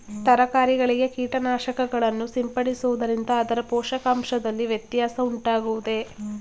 ತರಕಾರಿಗಳಿಗೆ ಕೀಟನಾಶಕಗಳನ್ನು ಸಿಂಪಡಿಸುವುದರಿಂದ ಅದರ ಪೋಷಕಾಂಶದಲ್ಲಿ ವ್ಯತ್ಯಾಸ ಉಂಟಾಗುವುದೇ?